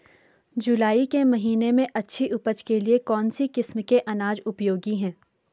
जुलाई के महीने में अच्छी उपज के लिए कौन सी किस्म के अनाज उपयोगी हैं?